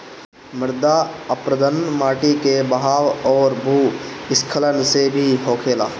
मृदा अपरदन माटी के बहाव अउरी भू स्खलन से भी होखेला